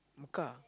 Mecca